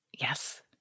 Yes